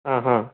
ആ ഹാ